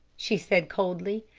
she said coldly.